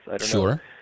Sure